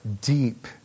deep